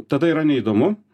tada yra neįdomu